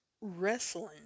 wrestling